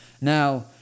Now